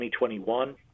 2021